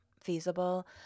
feasible